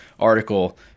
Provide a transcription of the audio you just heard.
Article